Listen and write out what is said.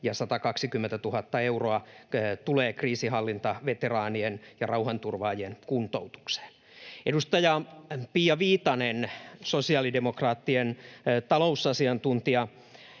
120 000 euroa tulee kriisinhallintaveteraanien ja rauhanturvaajien kuntoutukseen. Edustajaa Pia Viitanen, sosiaalidemokraattien talousasiantuntija,